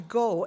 go